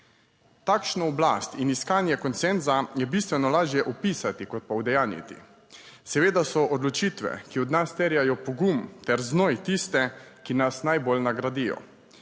Takšno oblast in iskanje konsenza je bistveno lažje opisati kot pa udejanjiti. Seveda so odločitve, ki od nas terjajo pogum ter znoj, tiste, ki nas najbolj nagradijo.